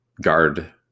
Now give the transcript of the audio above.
guard